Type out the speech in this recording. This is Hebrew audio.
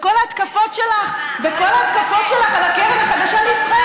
בכל ההתקפות שלך על הקרן החדשה לישראל